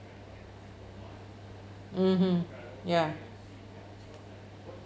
mmhmm ya